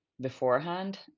beforehand